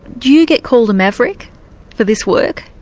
do you get called a maverick for this work?